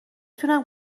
تونم